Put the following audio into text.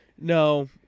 No